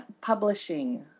publishing